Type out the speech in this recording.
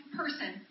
person